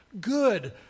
good